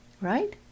right